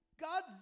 God's